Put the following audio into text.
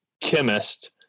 chemist